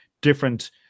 different